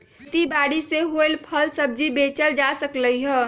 खेती बारी से होएल फल सब्जी बेचल जा सकलई ह